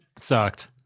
sucked